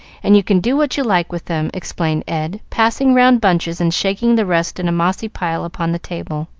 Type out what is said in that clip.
and you can do what you like with them, explained ed, passing round bunches and shaking the rest in a mossy pile upon the table.